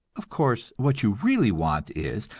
of course, what you really want is,